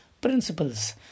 principles